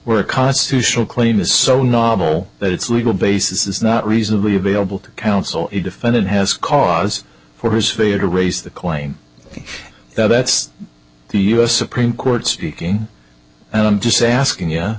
a constitutional claim is so novel that its legal basis is not reasonably available to counsel a defendant has cause for his failure to raise the claim that's the u s supreme court speaking and i'm just asking y